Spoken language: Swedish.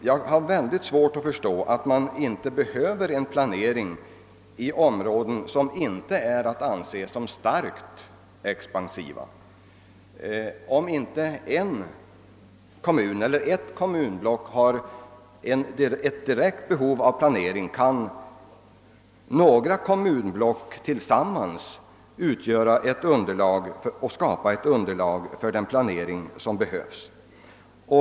Jag har mycket svårt att förstå att det inte skulle behövas en planering i områden som inte är att anse som starkt expansiva. Om en kommun eller ett kommunblock inte har ett direkt behov av planering kan några kommunblock tillsammans bilda underlag för planeringen.